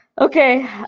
okay